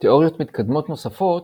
תיאוריות מתקדמות נוספות,